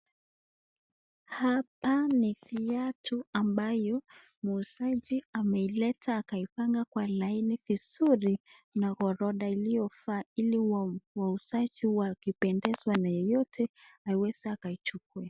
Hapa ni viatu ambayo muusaji ameileta na kupanga Kwa laini vizuri na oronda iliyofaa ili wausaji akipendeshwa na yoyote aweza ajukue.